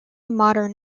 modern